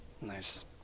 Nice